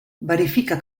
verifica